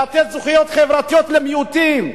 לתת זכויות חברתיות למיעוטים,